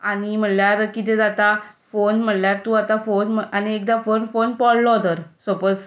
आनी म्हणल्यार कितें जाता फोन म्हणल्यार तूं आतां आनी एकदां फोन पडलो धर सपोझ